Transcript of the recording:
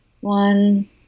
one